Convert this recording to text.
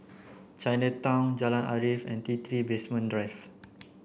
Chinatown Jalan Arif and T three Basement Drive